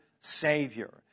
Savior